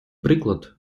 приклад